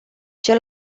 cel